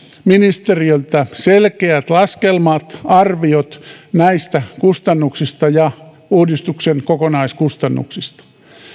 ministeriöltä selkeät laskelmat arviot näistä kustannuksista ja uudistuksen kokonaiskustannuksista